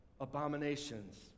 abominations